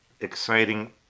exciting